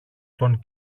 τον